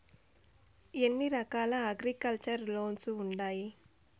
ఎన్ని రకాల agriculture loans ఉండాయి